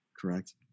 correct